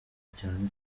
cyane